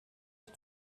ich